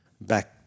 back